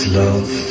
love